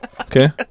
Okay